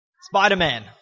Spider-Man